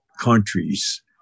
countries